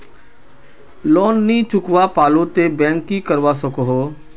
Loan नी चुकवा पालो ते बैंक की करवा सकोहो?